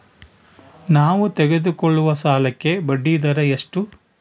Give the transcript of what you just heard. ನಾವು ತೆಗೆದುಕೊಳ್ಳುವ ಸಾಲಕ್ಕೆ ಬಡ್ಡಿದರ ಎಷ್ಟು?